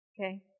Okay